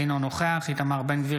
אינו נוכח איתמר בן גביר,